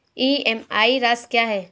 EMI राशि क्या है?